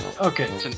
okay